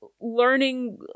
learning